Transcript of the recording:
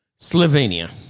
Slovenia